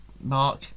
Mark